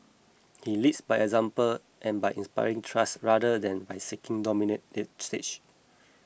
he leads by example and by inspiring trust rather than by seeking to dominate the stage